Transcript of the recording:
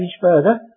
further